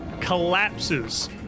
Collapses